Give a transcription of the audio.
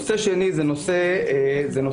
נושא שני הוא נושא התמחור.